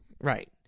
Right